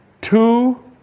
two